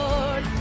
Lord